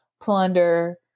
plunder